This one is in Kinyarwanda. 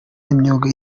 imyuga